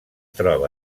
troba